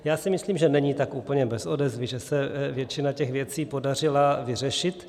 Já si myslím, že není tak úplně bez odezvy, že se většin a těch věcí podařila vyřešit.